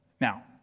Now